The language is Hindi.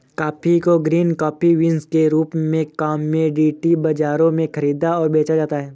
कॉफी को ग्रीन कॉफी बीन्स के रूप में कॉमोडिटी बाजारों में खरीदा और बेचा जाता है